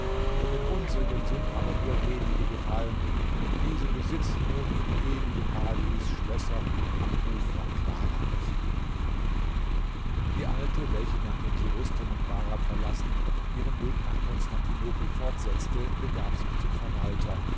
von den unsrigen sind aber nur wenige gefallen und diese besitzen nun im ewigen paradies schlösser am ufer klarer bäche die alte welche nachdem sie rustem und bahram verlassen ihren weg nach konstantinopel fortsetzte begab sich zum verwalter